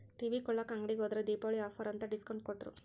TV ಕೊಳ್ಳಾಕ ಅಂಗಡಿಗೆ ಹೋದ್ರ ದೀಪಾವಳಿ ಆಫರ್ ಅಂತ ಡಿಸ್ಕೌಂಟ್ ಕೊಟ್ರು